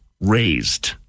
raised